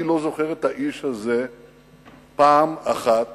אני לא זוכר את האיש הזה פעם אחת